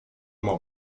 uma